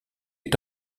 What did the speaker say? est